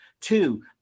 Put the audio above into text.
Two